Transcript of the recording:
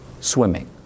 swimming